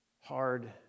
hard